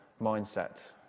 mindset